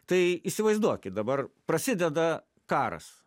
tai įsivaizduokit dabar prasideda karas